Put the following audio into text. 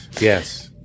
Yes